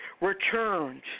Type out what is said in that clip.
returns